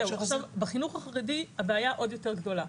בחינוך החרדי הבעיה עוד יותר גדולה.